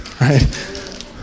right